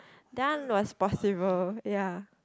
done was possible ya